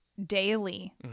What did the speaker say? daily